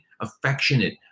affectionate